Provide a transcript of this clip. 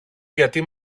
γιατί